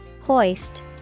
Hoist